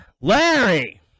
larry